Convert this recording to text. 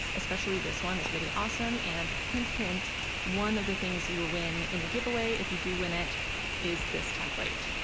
especially this one is really awesome and hint-hint one of the things you will win in the giveaway if you do win it is this template?